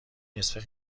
نصف